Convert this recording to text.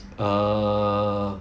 err